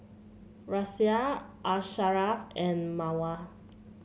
Raisya Asharaff and Mawar